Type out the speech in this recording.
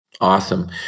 Awesome